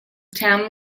town